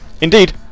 Indeed